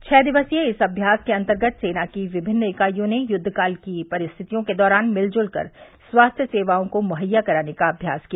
छह दिवसीय इस अभ्यास के अन्तर्गत सेना की विभिन्न इकाईयों ने यूद्वकाल की परिस्थितियों के दौरान मिलजुल कर स्वास्थ्य सेवाओं को मुहैया कराने का अभ्यास किया